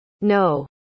No